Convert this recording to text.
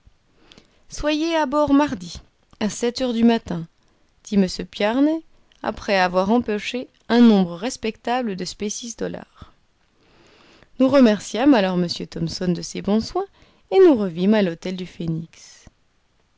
soyez à bord mardi à sept heures du matin dit m bjarne après avoir empoché un nombre respectable de species dollars nous remerciâmes alors m thomson de ses bons soins et nous revînmes à l'hôtel du phoenix